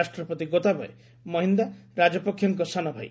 ରାଷ୍ଟ୍ରପତି ଗୋତାବୟ ମହିନ୍ଦା ରାଜପକ୍ଷେଙ୍କ ସାନ ଭାଇ